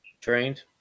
Trained